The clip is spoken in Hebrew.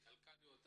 סיבות כלכליות.